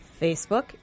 facebook